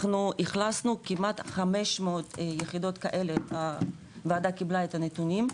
אנחנו אכלסנו כמעט 500 יחידות כאלה הוועדה קיבלה את הנתונים.